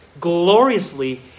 gloriously